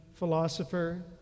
philosopher